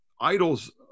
idols